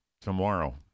tomorrow